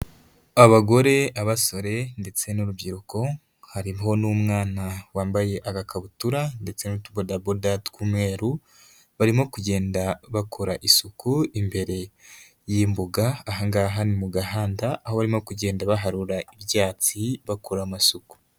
Abagore, abasore ndetse n'urubyiruko, harimo n'umwana wambaye agakabutura ndetse n'utubodaboda tw'umweru, barimo kugenda bakora isuku imbere y'imbuga, aha ngaha ni mu gahanda aho barimo kugenda baharura ibyatsi bakora amasuku.